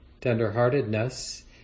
tenderheartedness